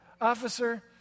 Officer